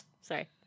Sorry